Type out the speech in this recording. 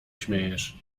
śmiejesz